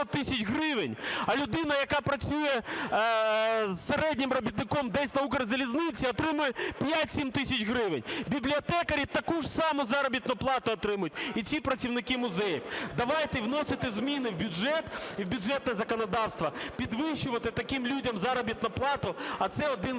а людина, яка працює середнім робітником десь на Укрзалізниці, отримує 5-7 тисяч гривень. Бібліотекарі таку ж саму заробітну плану отримують і всі працівники музею. Давайте вносити зміни в бюджет, в бюджетне законодавство, підвищувати таким людям заробітну плату, а це один із